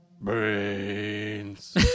Brains